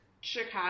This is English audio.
Chicago